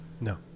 No